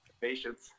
Patience